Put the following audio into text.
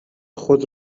خود